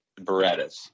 Berettas